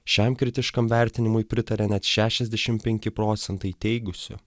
šiam kritiškam vertinimui pritarė net šešiasdešim penki procentai teigusių